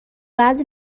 بعضی